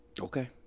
Okay